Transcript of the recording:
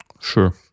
Sure